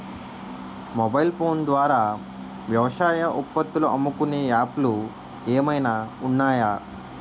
Mobile phone ద్వారా వ్యవసాయ ఉత్పత్తులు అమ్ముకునే యాప్ లు ఏమైనా ఉన్నాయా?